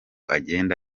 agenda